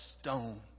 stone